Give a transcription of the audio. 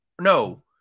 no